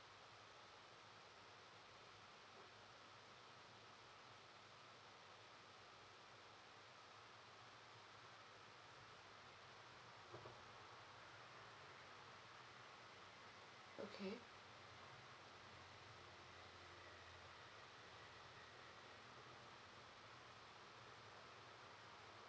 okay